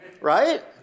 Right